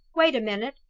wait a minute,